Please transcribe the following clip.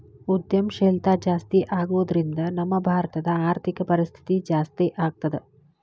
ಉದ್ಯಂಶೇಲ್ತಾ ಜಾಸ್ತಿಆಗೊದ್ರಿಂದಾ ನಮ್ಮ ಭಾರತದ್ ಆರ್ಥಿಕ ಪರಿಸ್ಥಿತಿ ಜಾಸ್ತೇಆಗ್ತದ